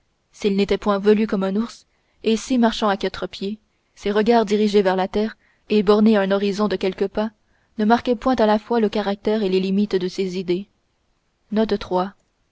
s'il n'était point velu comme un ours et si marchant à quatre pieds ses regards dirigés vers la terre et bornés à un horizon de quelques pas ne marquaient point à la fois le caractère et les limites de ses idées